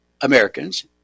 Americans